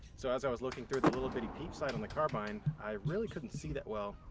so as i was looking through the little bitty peep sight on the carbine, i really couldn't see that well.